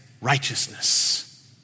righteousness